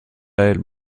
elle